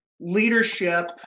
leadership